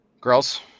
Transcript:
girls